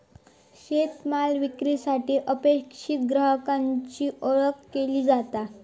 शेतमाल विक्रीसाठी अपेक्षित ग्राहकाची ओळख केली जाता